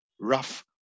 rough